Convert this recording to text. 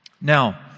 Now